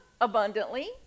abundantly